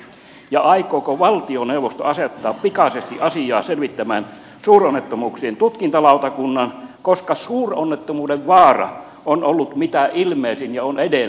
ja aikooko valtioneuvosto asettaa pikaisesti asiaa selvittämään suuronnettomuuksien tutkintalautakunnan koska suuronnettomuuden vaara on ollut mitä ilmeisin ja on edelleenkin